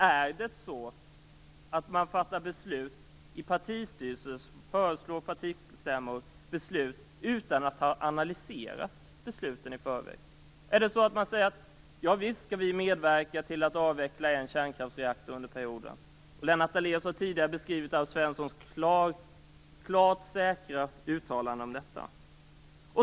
Är det så att man fattar beslut utan att ha analyserat dem i förväg? Är det så att man säger att man visst skall medverka till att avveckla en kärnkraftsreaktor under perioden? Lennart Daléus har tidigare beskrivit Alf Svenssons klara och säkra uttalande om detta.